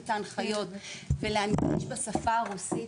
את ההנחיות ולהנגיש הכל בשפה הרוסית,